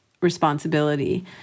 responsibility